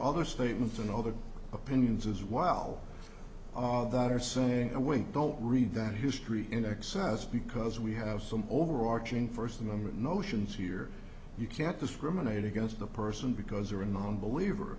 other statements and other opinions as wow that are saying a wink don't read that history in excess because we have some overarching first amendment notions here you can't discriminate against the person because you're a nonbeliever